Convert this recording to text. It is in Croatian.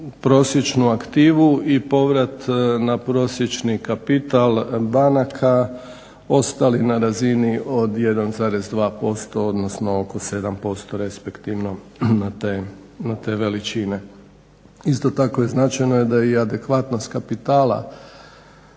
prosječnu aktivu i povrat na prosječni kapital banaka ostali na razini od 1,2%, odnosno oko 7% respektivno na te veličine. Isto tako značajno je da je i adekvatnost kapitala